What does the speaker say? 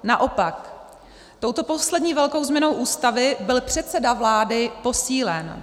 Naopak, touto poslední velkou změnou Ústavy byl předseda vlády posílen.